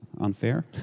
unfair